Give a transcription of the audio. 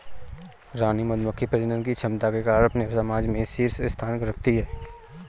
रानी मधुमक्खी प्रजनन की क्षमता के कारण अपने समाज में शीर्ष स्थान रखती है